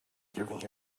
giving